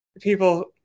people